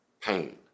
pain